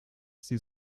sie